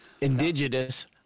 indigenous